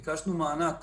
ביקשנו מענק